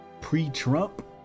pre-Trump